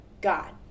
God